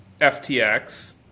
FTX